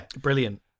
brilliant